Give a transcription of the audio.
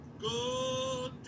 Go